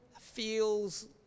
feels